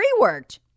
reworked